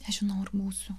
nežinau ar būsiu